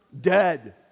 dead